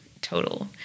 total